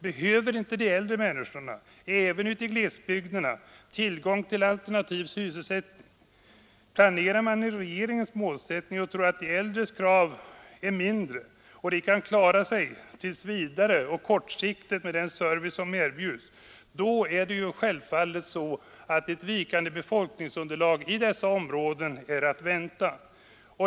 Behöver inte de äldre människorna även ute i glesbygderna tillgång till alternativ sysselsättning? Planerar man med regeringens målsättning och tror att de äldres krav är mindre — att de kan klara sig på kort sikt med den service som erbjuds — är självfallet ett vikande befolkningsunderlag i dessa områden att vänta.